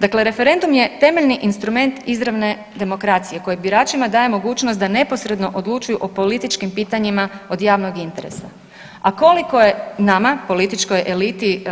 Dakle, referendum je temeljni instrument izravne demokracije koje biračima daje mogućnost da neposredno odlučuju o političkim pitanjima od javnog interesa, a koliko je nama političkoj eliti